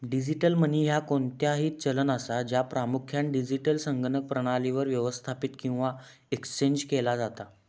digital money ह्या कोणताही चलन असा, ज्या प्रामुख्यान डिजिटल संगणक प्रणालीवर व्यवस्थापित किंवा एक्सचेंज केला जाता